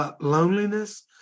Loneliness